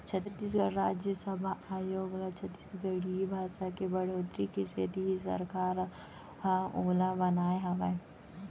छत्तीसगढ़ राजभासा आयोग ल छत्तीसगढ़ी भासा के बड़होत्तरी के सेती ही सरकार ह ओला बनाए हावय